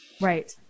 Right